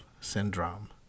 syndrome